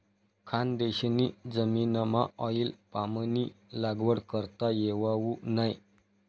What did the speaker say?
खानदेशनी जमीनमाऑईल पामनी लागवड करता येवावू नै